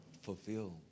fulfill